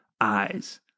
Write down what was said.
eyes